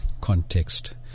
context